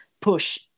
push